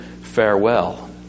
farewell